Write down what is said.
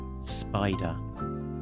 spider